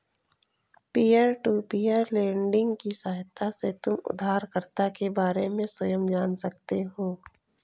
peer to peer lending की सहायता से तुम उधारकर्ता के बारे में स्वयं जान सकते हो